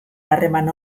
harreman